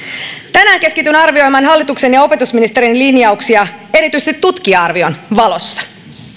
tänään keskityn arvioimaan hallituksen ja opetusministerin linjauksia erityisesti tutkija arvion valossa